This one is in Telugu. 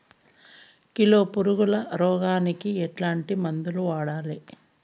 కిలో పులుగుల రోగానికి ఎట్లాంటి మందులు వాడాలి?